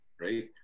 right